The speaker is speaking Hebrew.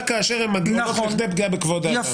כאשר הן עולות לכדי פגיעה בכבוד האדם.